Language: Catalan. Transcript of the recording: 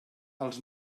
els